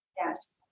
yes